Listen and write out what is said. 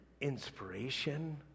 inspiration